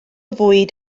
fwyd